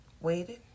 waited